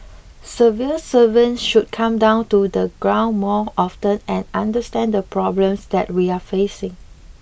civil servants should come down to the ground more often and understand the problems that we are facing